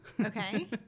Okay